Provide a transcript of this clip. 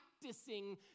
practicing